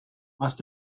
must